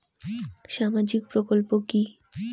সামাজিক প্রকল্প কি?